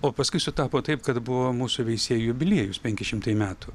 o paskui sutapo taip kad buvo mūsų veisėjų jubiliejus penki šimtai metų